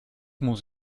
muss